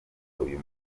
uyu